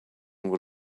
would